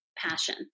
passion